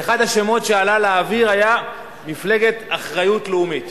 ואחד השמות שעלו לאוויר היה "מפלגת אחריות לאומית";